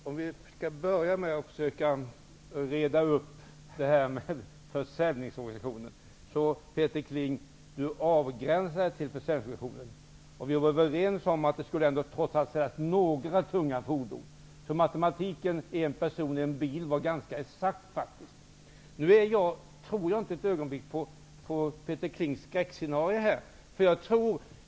Herr talman! Om vi skall börja med att försöka reda ut det här med försäljningsorganisationen, som Peter Kling helt avgränsar debatten till. Vi var överens om att det trots allt kommer att säljas några tunga fordon. Matematiken visade att det var en bil per person, och det var väl ganska exakt. Jag tror inte ett ögonblick på Peter Klings skräckscenario.